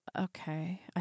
Okay